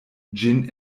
ĝin